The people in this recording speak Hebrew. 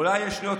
אולי ישנו צורך,